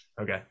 Okay